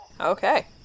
Okay